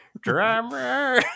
Drummer